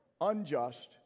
unjust